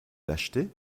l’acheter